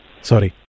Sorry